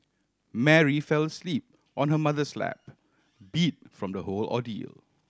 Mary fell asleep on her mother's lap beat from the whole ordeal